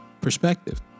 perspective